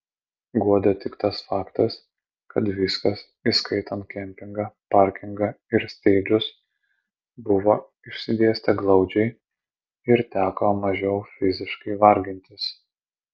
guodė tik tas faktas kad viskas įskaitant kempingą parkingą ir steidžus buvo išsidėstę glaudžiai ir teko mažiau fiziškai vargintis